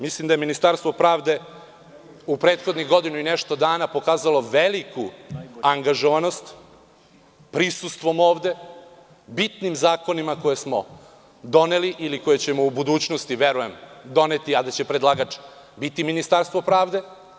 Mislim da je Ministarstvo pravde u prethodnih godinu i nešto dana pokazalo veliku angažovanost, prisustvom ovde, bitnim zakonima kojim smo doneli ili koje ćemo u budućnosti, verujem, doneti, a da će predlagač biti Ministarstvo pravde.